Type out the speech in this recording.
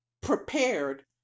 prepared